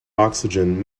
oxygen